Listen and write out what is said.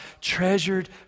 treasured